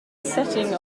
setting